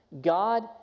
God